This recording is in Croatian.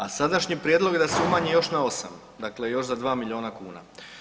A sadašnji prijedlog je da se umanji još na 8, dakle još za 2 milijuna kuna.